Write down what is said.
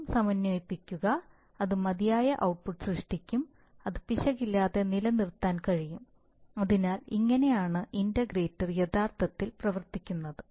വീണ്ടും സമന്വയിപ്പിക്കുക അത് മതിയായ ഔട്ട്പുട്ട് സൃഷ്ടിക്കും അത് പിശകില്ലാതെ നിലനിർത്താൻ കഴിയും അതിനാൽ ഇങ്ങനെയാണ് ഇന്റഗ്രേറ്റർ യഥാർത്ഥത്തിൽ പ്രവർത്തിക്കുന്നത്